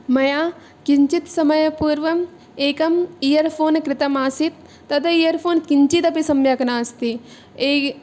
मया किञ्चित् समयपूर्वम् एकम् इयर्फ़ोन् क्रीतमासीत् तद् इयर्फ़ोन् किञ्चिदपि सम्यक् नास्ति